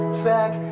track